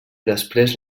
després